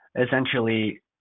essentially